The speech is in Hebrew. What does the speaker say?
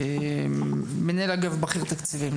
מנהל אגף בכיר תקציבים,